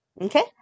Okay